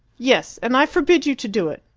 yes! and i forbid you to do it!